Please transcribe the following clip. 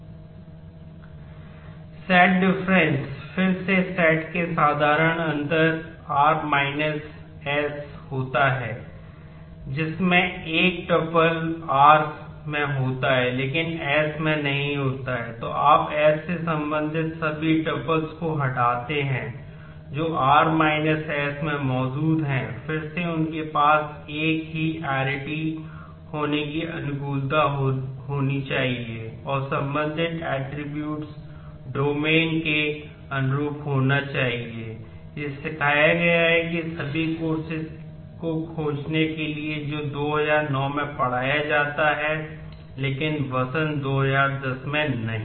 Πcourse id set difference को खोजने के लिए जो 2009 में पढ़ाया जाता है लेकिन वसंत 2010 में नहीं